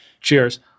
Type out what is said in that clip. cheers